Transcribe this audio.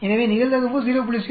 எனவே நிகழ்தகவு 0